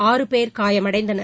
ஆறு பேர் காயமடைந்தனர்